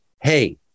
hey